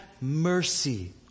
mercy